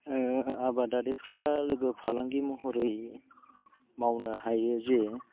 आबादारिफ्रा लोगो फालांगि महरै मावनो हायो जे